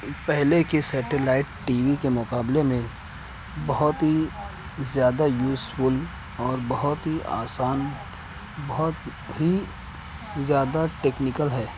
پہلے کے satellite TV کے مقابلے میں بہت ہی زیادہ یوزفل اور بہت ہی آسان بہت ہی زیادہ ٹیکنیکل ہے